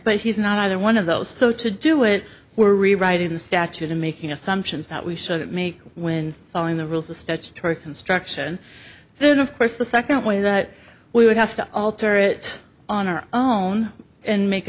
but he's not either one of those so to do it we're rewriting the statute and making assumptions that we shouldn't make when following the rules the statutory construction then of course the second way that we would have to alter it on our own and make